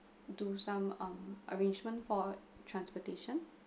do some um arrangement for transportation